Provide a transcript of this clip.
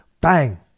Bang